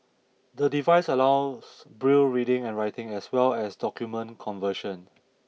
the device allows Braille reading and writing as well as document conversion